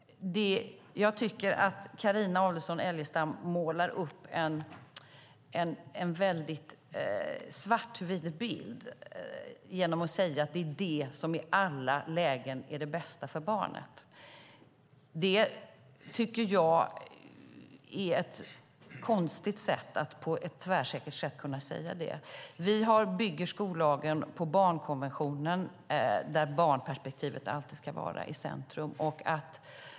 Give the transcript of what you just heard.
Jag tycker att Carina Adolfsson Elgestam målar upp en svartvit bild genom att säga att det är det som i alla lägen är det bästa för barnet. Det är konstigt att säga det på ett tvärsäkert sätt. Vi bygger skollagen på barnkonventionen, där barnperspektivet alltid ska vara i centrum.